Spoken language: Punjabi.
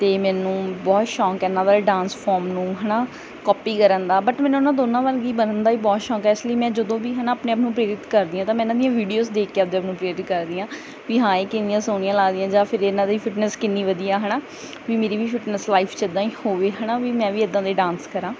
ਅਤੇ ਮੈਨੂੰ ਬਹੁਤ ਸ਼ੌਂਕ ਹੈ ਇਹਨਾਂ ਦੇ ਡਾਂਸ ਫੋਰਮ ਨੂੰ ਹੈ ਨਾ ਕਾਪੀ ਕਰਨ ਦਾ ਬਟ ਮੈਨੂੰ ਉਹਨਾਂ ਦੋਨਾਂ ਵਰਗੀ ਬਣਨ ਦਾ ਵੀ ਬਹੁਤ ਸ਼ੌਂਕ ਹੈ ਇਸ ਲਈ ਮੈਂ ਜਦੋਂ ਵੀ ਹੈ ਨਾ ਆਪਣੇ ਆਪ ਨੂੰ ਪ੍ਰੇਰਿਤ ਕਰਦੀ ਹਾਂ ਤਾਂ ਮੈਂ ਇਹਨਾਂ ਦੀਆਂ ਵੀਡੀਓਜ਼ ਦੇਖ ਕੇ ਆਪਣੇ ਆਪ ਨੂੰ ਪ੍ਰੇਰਿਤ ਕਰਦੀ ਹਾਂ ਵੀ ਹਾਂ ਇਹ ਕਿੰਨੀਆਂ ਸੋਹਣੀਆਂ ਲੱਗਦੀਆਂ ਜਾਂ ਫਿਰ ਇਹਨਾਂ ਦੀ ਫਿਟਨੈਸ ਕਿੰਨੀ ਵਧੀਆ ਹੈ ਨਾ ਵੀ ਮੇਰੀ ਵੀ ਫਿਟਨੈਸ ਲਾਈਫ ਇੱਦਾਂ ਹੀ ਹੋਵੇ ਹੈ ਨਾ ਵੀ ਮੈਂ ਵੀ ਇੱਦਾਂ ਦੇ ਡਾਂਸ ਕਰਾਂ